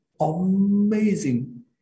amazing